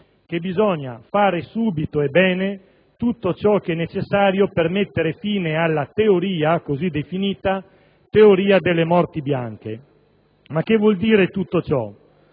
che bisogna «fare subito e bene tutto ciò che è necessario per mettere alla fine» così definita «teoria delle morti bianche». Ma che significa tutto ciò?